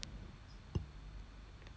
wait ah wait ah what time you